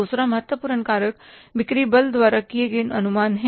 दूसरा महत्वपूर्ण कारक बिक्री बल द्वारा किए गए अनुमान हैं